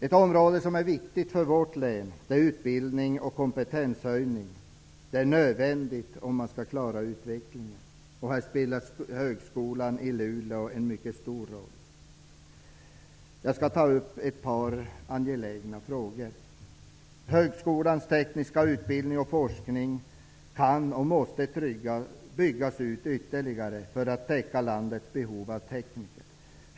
Ett område som är viktigt för vårt län är utbildning och kompetenshöjning, något som är nödvändigt för att klara utvecklingen i Norrbotten. Högskolan i Luleå spelar en mycket stor roll i det här sammanhanget. Jag tänker ta upp ett par angelägna frågor: Högskolans tekniska utbildning och forskning kan och måste byggas ut ytterligare för att täcka landets behov av tekniker.